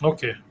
Okay